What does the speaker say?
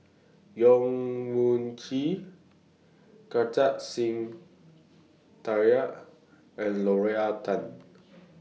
Yong Mun Chee Kartar Singh and Lorna Tan